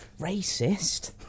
racist